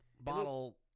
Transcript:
Bottle